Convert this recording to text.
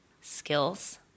skills